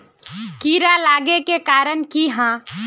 कीड़ा लागे के कारण की हाँ?